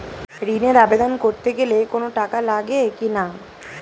ঋণের আবেদন করতে গেলে কোন টাকা লাগে কিনা?